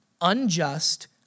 unjust